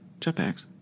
Jetpacks